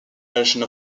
merchant